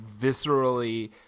viscerally